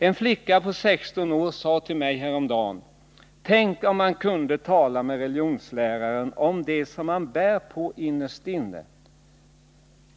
En flicka på 16 år sade till mig häromdagen: ”Tänk om man kunde tala med religionsläraren om det som man bär på innerst inne.